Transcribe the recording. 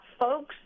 folks